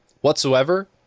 whatsoever